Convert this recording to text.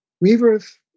Weavers